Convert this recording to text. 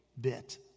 bit